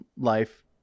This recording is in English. life